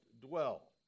dwell